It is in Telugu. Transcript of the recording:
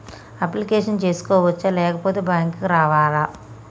అప్లికేషన్ చేసుకోవచ్చా లేకపోతే బ్యాంకు రావాలా?